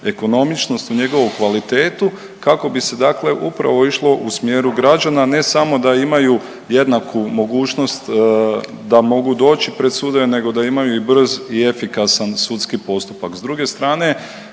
ekonomičnost, u njegovu kvalitetu kako bi se dakle upravo išlo u smjeru građana, ne samo da imaju jednaku mogućnost da mogu doći pred sudove nego da imaju i brz i efikasan sudski postupak.